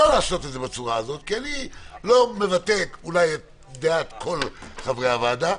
לא לעשות את זה בצורה כזאת כי אני אולי לא מבטא את דעות כל חברי הוועדה,